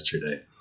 yesterday